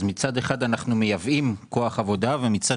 אז מצד אחד אנחנו מייבאים כוח עבודה ומצד